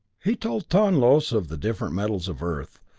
he told tonlos of the different metals of earth,